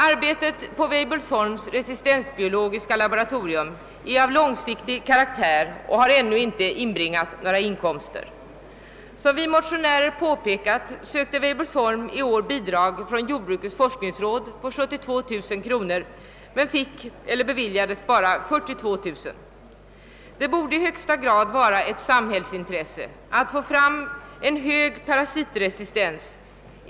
Arbetet på Weibullsholms resistensbiologiska laboratorium är av långsiktig karaktär och har ännu inte inbringat några inkomster. Som vi motionärer påpekat sökte Weibullsholm i år bidrag från jordbrukets forskningsråd med 72 000 kronor men beviljades bara 42 000 kronor. Det borde i högsta grad vara ett samhällsintresse att få fram en hög parasitresistens.